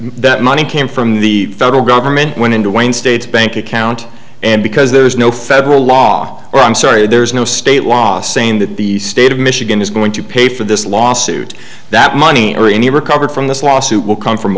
that money came from the federal government went into wayne state bank account and because there's no federal law or i'm sorry there's no state law saying that the state of michigan is going to pay for this lawsuit that money or any recovered from this lawsuit will come from